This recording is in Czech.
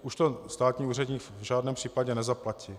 Už to státní úředník v žádném případě nezaplatí.